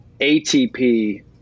ATP